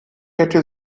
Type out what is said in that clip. hätte